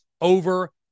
over